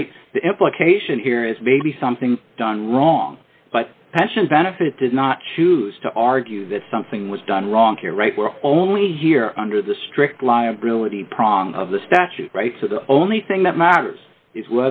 is maybe something done wrong but pension benefit does not choose to argue that something was done wrong here right we're only here under the strict liability prong of the statute right so the only thing that matters is